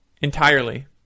entirely